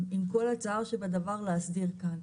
עם כל הצער שבדבר להסדיר כאן,